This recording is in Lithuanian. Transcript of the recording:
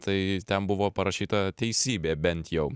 tai ten buvo parašyta teisybė bent jau